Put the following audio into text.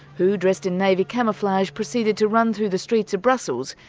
who, dressed in navy camouflage, proceeded to run through the streets of brussels,